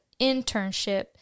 internship